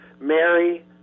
Mary